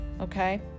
Okay